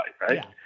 right